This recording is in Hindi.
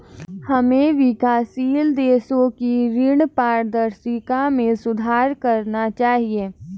हमें विकासशील देशों की ऋण पारदर्शिता में सुधार करना चाहिए